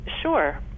sure